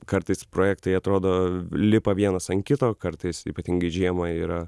kartais projektai atrodo lipa vienas ant kito kartais ypatingai žiemą yra